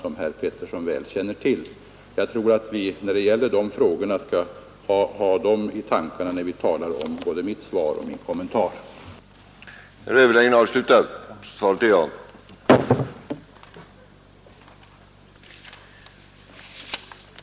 Det är dessa förhållanden vi skall ha i tankarna när vi talar om både mitt svar och min kommentar till detta.